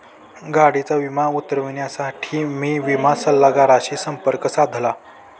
गाडीचा विमा उतरवण्यासाठी मी विमा सल्लागाराशी संपर्क साधला